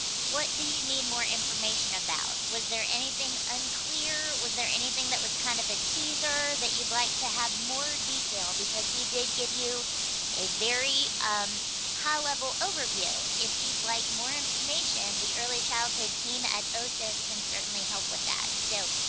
what do you need more information about? was there anything unclear? was there anything that was kind of a teaser that you'd like to have more detail? because we did give you a very um high level overview. if you'd like more information, the early childhood team at oses can certainly help with that. so